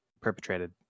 perpetrated